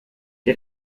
ihr